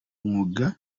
mwuga